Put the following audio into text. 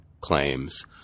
claims